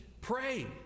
pray